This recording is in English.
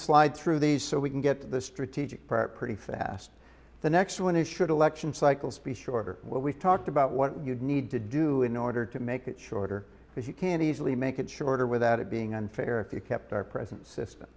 slide through these so we can get to the strategic part pretty fast the next one is should election cycles be shorter what we've talked about what you'd need to do in order to make it shorter if you can easily make it shorter without it being unfair if you kept our present system